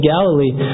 Galilee